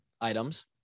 items